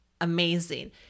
amazing